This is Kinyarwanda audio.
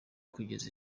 kugeza